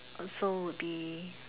oh so would be